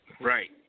Right